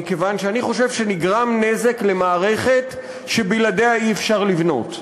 מכיוון שאני חושב שנגרם נזק למערכת שבלעדיה אי-אפשר לבנות.